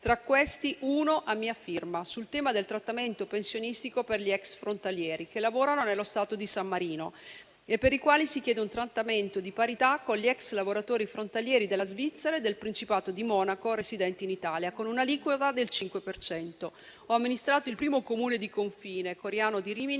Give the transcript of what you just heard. a mia prima firma, sul tema del trattamento pensionistico per gli ex frontalieri che lavorano nello Stato di San Marino e per i quali si chiede un trattamento di parità con gli ex lavoratori frontalieri della Svizzera e del Principato di Monaco residenti in Italia, con un'aliquota del 5 per cento. Ho amministrato Coriano di Rimini,